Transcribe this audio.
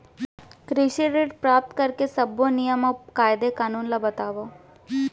कृषि ऋण प्राप्त करेके सब्बो नियम अऊ कायदे कानून ला बतावव?